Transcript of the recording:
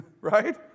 Right